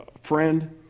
friend